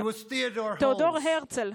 תאודור הרצל,